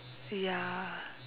ya